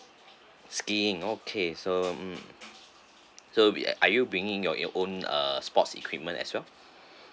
skiing okay so mm so are you bringing your own err sports equipment as well